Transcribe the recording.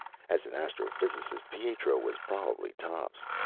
as an astrophysicist, pietro was probably tops.